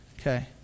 Okay